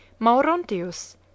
Maurontius